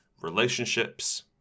relationships